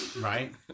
right